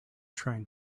trying